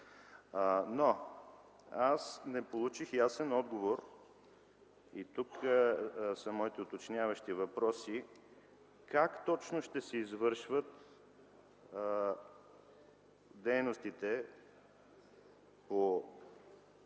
Но аз не получих ясен отговор и тук са моите уточняващи въпроси: как точно ще се извършват дейностите по